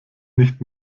nicht